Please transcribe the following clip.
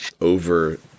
over